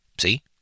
see